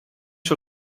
zou